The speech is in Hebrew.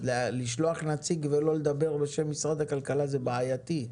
לשלוח נציג ולא לדבר בשם משרד הכלכלה, זה בעייתי.